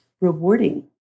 rewarding